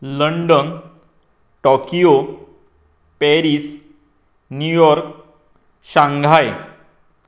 London Tokyo Paris New York Shanghai